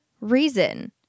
reason